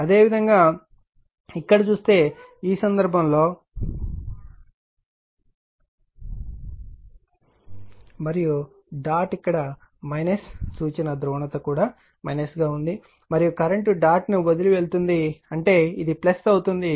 అదేవిధంగా ఇక్కడ చూస్తే ఈ సందర్భంలో ఇక్కడ కరెంట్ చూస్తే వాస్తవానికి ఈ i2 డాట్ ను వదిలి వెళ్తుంది మరియు డాట్ ఇక్కడ కూడా సూచన ధ్రువణత కూడా గా ఉంది మరియు కరెంట్ డాట్ ను వదిలి వెళ్తుంది అంటే ఇది అవుతుంది